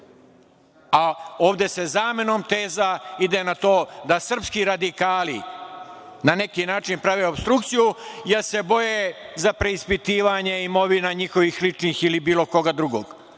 Ovde se zamenom teza ide na to da srpski radikali, na neki način, prave opstrukciju, jer se boje za preispitivanje imovina njihovih ličnih ili bilo koga drugog. Sedeli